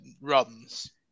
runs